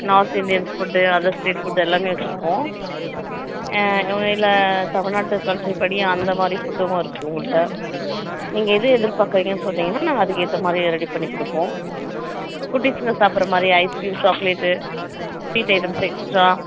north Indian food other state food எல்லாமே வச்சுருக்கோம் இல்லை தமிழ்நாட்டு கல்ச்சர் படி அந்தமாதிரி ஃபுட்டுகள் இருக்குது எங்கள்கிட்ட நீங்கள் எது எதிர்பார்க்குறிங்கன்னு சொன்னிங்கன்னால் நாங்கள் அதுக்கேற்றமாரி ரெடி பண்ணி கொடுப்போம் குட்டிஸுங்க சாப்பிட்ற மாதிரி ice cream chocolate sweet items extra